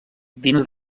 dins